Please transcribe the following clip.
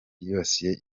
byibasiye